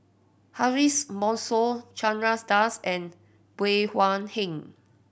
Ariff Bongso Chandras Das and Bey Hua Heng